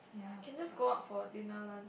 can just go up for Dina-Lan